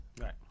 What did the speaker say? Right